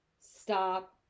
stop